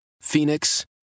Phoenix